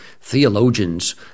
theologians